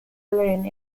alone